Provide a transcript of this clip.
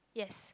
yes